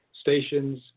stations